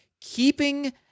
Keeping